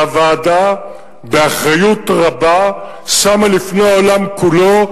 והוועדה באחריות רבה שמה לפני העולם כולו,